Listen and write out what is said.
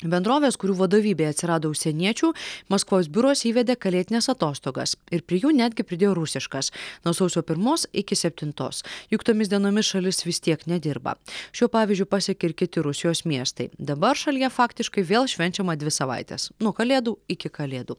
bendrovės kurių vadovybėje atsirado užsieniečių maskvos biuruose įvedė kalėdines atostogas ir prie jų netgi pridėjo rusiškas nuo sausio pirmos iki septintos juk tomis dienomis šalis vis tiek nedirba šiuo pavyzdžiu pasekė ir kiti rusijos miestai dabar šalyje faktiškai vėl švenčiama dvi savaites nuo kalėdų iki kalėdų